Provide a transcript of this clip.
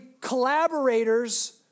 collaborators